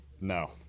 No